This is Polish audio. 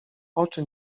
oczy